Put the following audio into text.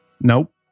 nope